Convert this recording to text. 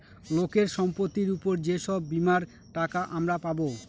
লোকের সম্পত্তির উপর যে সব বীমার টাকা আমরা পাবো